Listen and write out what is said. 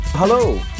Hello